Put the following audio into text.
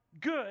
good